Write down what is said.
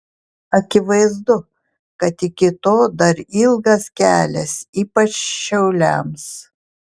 akivaizdu kad iki to dar ilgas kelias ypač šiauliams